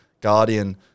Guardian